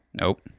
Nope